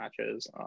matches